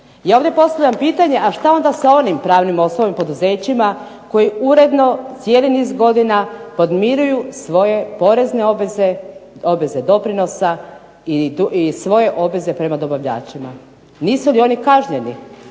Ja ovdje postavljam pitanje a šta onda sa onim pravnim osobama i poduzećima koji uredno cijeli niz godina podmiruju svoje porezne obveze, obveze doprinosa i svoje obveze prema dobavljačima. Nisu li oni kažnjeni